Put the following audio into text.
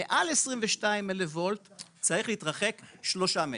מעל 22,000 ולט צריך להתרחק שלושה מטרים.